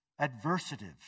adversative